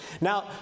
Now